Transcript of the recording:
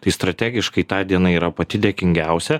tai strategiškai ta diena yra pati dėkingiausia